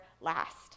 last